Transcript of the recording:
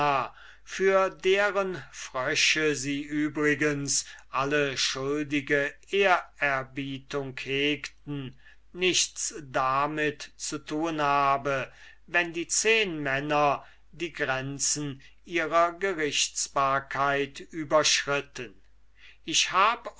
für deren frösche sie übrigens alle schuldige ehrerbietung hegten nichts damit zu tun habe wenn die zehnmänner die grenzen ihrer gerichtsbarkeit überschritten ich hab